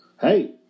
hey